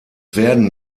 werden